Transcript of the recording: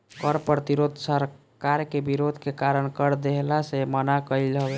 कर प्रतिरोध सरकार के विरोध के कारण कर देहला से मना कईल हवे